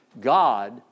God